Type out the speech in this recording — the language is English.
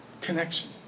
Connection